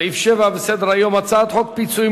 סעיף 7 בסדר-היום: הצעת חוק פיצויים